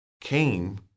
came